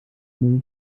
null